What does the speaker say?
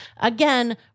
Again